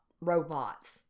robots